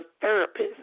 therapist